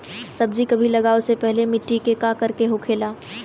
सब्जी कभी लगाओ से पहले मिट्टी के का करे के होखे ला?